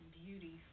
beauty